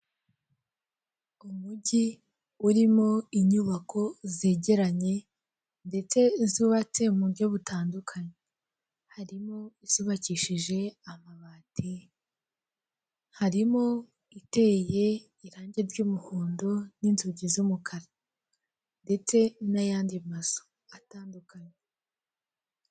Umigi urimo inyubako zegeranye ndetse zubatse mu buryo butandukanye harimo izubakishije amabati, harimo iteye irange ry'umuhondo n'inzugi z'umukara ndetse n'ayandi mazu atandukanye.